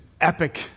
epic